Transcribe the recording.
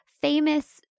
famous